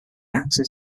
axes